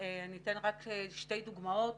אתן רק שתי דוגמאות.